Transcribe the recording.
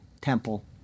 temple